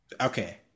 Okay